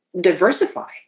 diversify